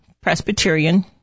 Presbyterian